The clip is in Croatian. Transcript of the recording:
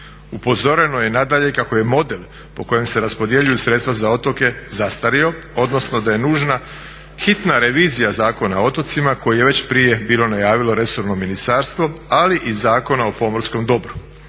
Upozoreno je nadalje kako je model po kojem se raspodjeljuju sredstva za otoke zastario odnosno da je nužna hitna revizija Zakona o otocima koje je već prije bilo najavilo resorno ministarstvo, ali i Zakona o pomorskom dobru.